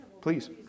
Please